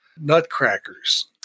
nutcrackers